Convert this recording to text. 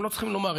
הם לא צריכים לומר,